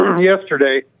Yesterday